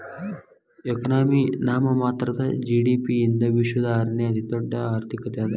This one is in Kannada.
ಎಕನಾಮಿ ನಾಮಮಾತ್ರದ ಜಿ.ಡಿ.ಪಿ ಯಿಂದ ವಿಶ್ವದ ಆರನೇ ಅತಿದೊಡ್ಡ್ ಆರ್ಥಿಕತೆ ಅದ